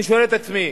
אני שואל את עצמי: